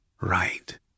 right